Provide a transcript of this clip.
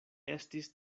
estis